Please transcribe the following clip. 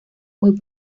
muy